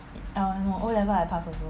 err 我 O level I pass also